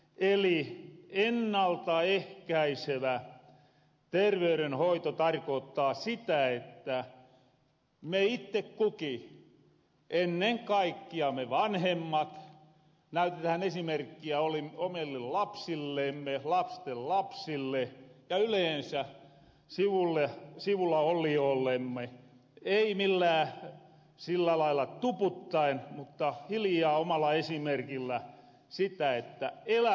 eli ennalta ehkäisevä terveyrenhoito tarkoottaa sitä että me itte kukin ennen kaikkia me vanhemmat näytetähän esimerkkiä omille lapsillemme lastenlapsille ja yleensä sivullaolijoollemme ei sillä lailla tuputtaen mutta hiljaa omalla esimerkillä siitä että elämä on hallinnassa